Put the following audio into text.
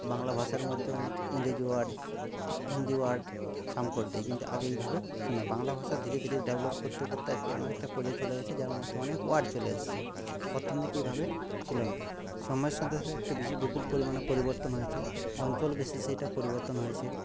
বাংলা ভাষার মধ্যে অনেক ইংরেজি ওয়ার্ড হিন্দি ওয়ার্ড দেয় কিন্তু আগে এইভাবে হতো না বাংলা ভাষা ধীরে ধীরে ডেভেলপ করতে করতে আজকে এমন একটা পর্যায় চলে গেছে যার মধ্যে অনেক ওয়ার্ড চলে এসছে প্রথম দিকে এভাবে ছিল না সময়ের সাথে সাথে একটা বিশেষ বিপুল পরিমাণে পরিবর্তন হয়েছে অঞ্চল বেসিসে এটা পরিবর্তন হয়েছে